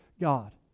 God